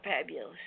fabulous